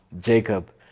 jacob